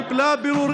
קיבלה פירורים.